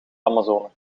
amazone